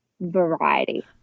variety